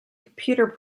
computer